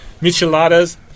micheladas